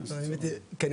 אתה רוצה